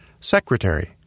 Secretary